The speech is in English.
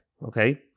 Okay